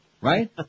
Right